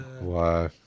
Wow